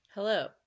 hello